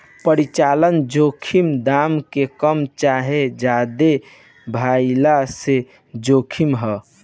परिचालन जोखिम दाम के कम चाहे ज्यादे भाइला के जोखिम ह